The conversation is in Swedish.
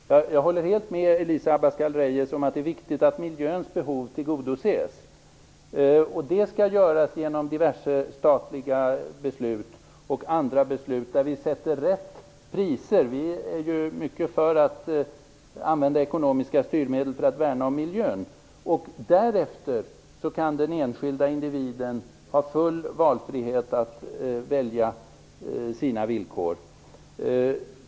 Fru talman! Jag håller helt med Elisa Abascal Reyes om att det är viktigt att miljöns behov tillgodoses. Det skall göras genom diverse statliga beslut och genom andra beslut, där vi sätter rätt priser. Vi är mycket för att använda ekonomiska styrmedel för att värna om miljön. Därefter kan den enskilda individen ha full frihet att välja sina villkor.